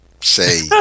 Say